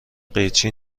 قیچی